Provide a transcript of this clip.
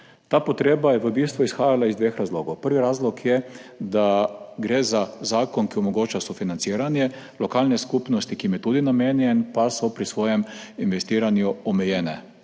Ta potreba je v bistvu izhajala iz dveh razlogov. Prvi razlog je, da gre za zakon, ki omogoča sofinanciranje, lokalne skupnosti, ki jim je tudi namenjen, pa so pri svojem investiranju omejene